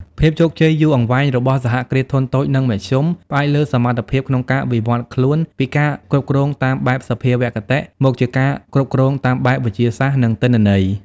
ភាពជោគជ័យយូរអង្វែងរបស់ សហគ្រាសធុនតូច និងមធ្យម ផ្អែកលើសមត្ថភាពក្នុងការវិវត្តន៍ខ្លួនពីការគ្រប់គ្រងតាមបែបសភាវគតិ មកជាការគ្រប់គ្រងតាមបែបវិទ្យាសាស្ត្រ និងទិន្នន័យ។